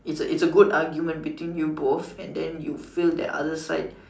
it's it's a good argument between you both and then you feel the other side